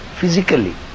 physically